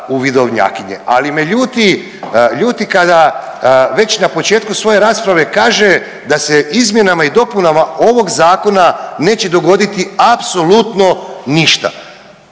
vidovnjakinje ali me ljuti, ljuti kada već na početku svoje rasprave kaže da se izmjenama i dopunama ovog zakona neće dogoditi apsolutno ništa.